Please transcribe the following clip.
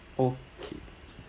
okay